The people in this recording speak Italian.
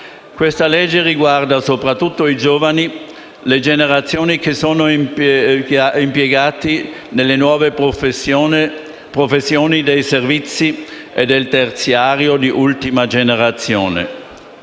Questa legge riguarda soprattutto i giovani, le generazioni impiegate nelle nuove professioni dei servizi e del terziario di ultima generazione.